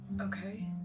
Okay